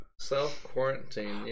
self-quarantine